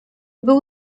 był